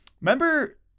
Remember